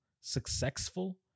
Successful